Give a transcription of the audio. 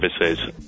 services